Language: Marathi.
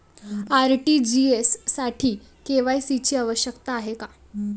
आर.टी.जी.एस साठी के.वाय.सी ची आवश्यकता आहे का?